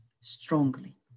Strongly